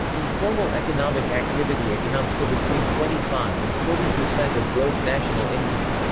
informal economic activity accounts for between twenty five and forty percent of gross national income.